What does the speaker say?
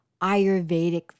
Ayurvedic